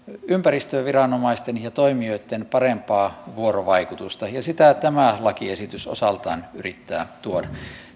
ympäristöviranomaisten ja toimijoitten parempaa vuorovaikutusta sitä tämä lakiesitys osaltaan yrittää tuoda